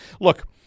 look